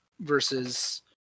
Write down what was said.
versus